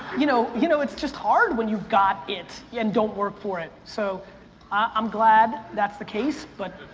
you know you know, it's just hard when you got it yeah and don't work for it, so i'm glad that's the case, but